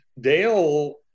Dale